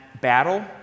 battle